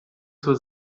zur